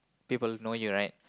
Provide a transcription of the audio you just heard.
people know you right